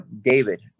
david